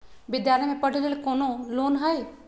विद्यालय में पढ़े लेल कौनो लोन हई?